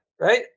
right